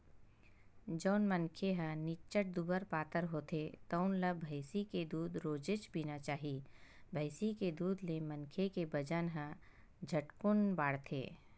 जउन मनखे ह निच्चट दुबर पातर होथे तउन ल भइसी के दूद रोजेच पीना चाही, भइसी के दूद ले मनखे के बजन ह झटकुन बाड़थे